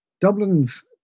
Dublin's